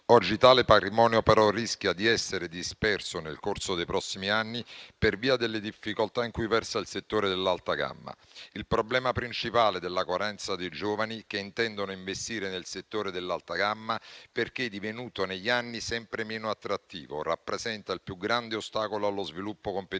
Tale patrimonio, però, rischia di essere disperso nel corso dei prossimi anni per via delle difficoltà in cui versa il settore dell'alta gamma. Il problema principale della carenza dei giovani che intendono investire nel settore dell'alta gamma, perché è divenuto negli anni sempre meno attrattivo, rappresenta il più grande ostacolo allo sviluppo competitivo